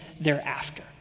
thereafter